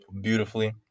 beautifully